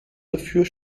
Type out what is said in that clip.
dafür